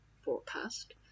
forecast